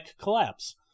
collapse